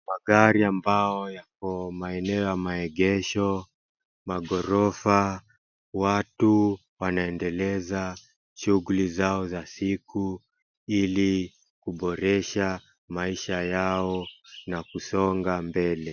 Magari ambao yako maeneo ya maegesho, maghorofa, watu wanaendeleza shughuli zao za siku ili kuboresha maisha yao na kusonga mbele.